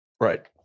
Right